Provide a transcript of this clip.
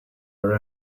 our